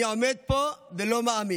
אני עומד פה ולא מאמין: